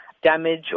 damage